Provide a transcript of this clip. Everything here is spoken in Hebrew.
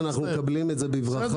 ביטן, אנחנו מקבלים את זה בברכה.